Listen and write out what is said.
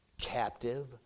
captive